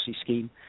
scheme